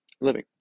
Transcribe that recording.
living